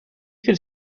could